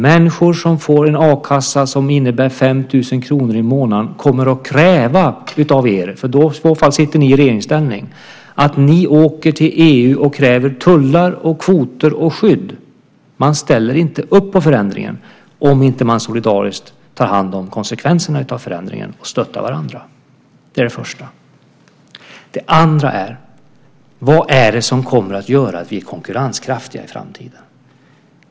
Människor som får en a-kassa som innebär 5 000 kr i månaden kommer att kräva av er - om ni sitter i regeringsställning - att ni åker till EU och kräver tullar, kvoter och skydd. De ställer inte upp på förändringen om man inte solidariskt tar konsekvenserna av förändringen och stöttar varandra. Min andra viktiga poäng är: Vad är det som kommer att göra att vi är konkurrenskraftiga i framtiden?